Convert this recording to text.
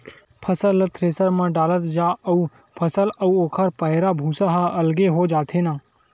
फसल ल थेरेसर म डालत जा अउ फसल अउ ओखर पैरा, भूसा ह अलगे हो जाथे न